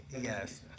Yes